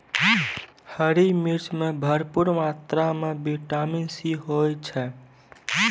हरी मिर्च मॅ भरपूर मात्रा म विटामिन सी होय छै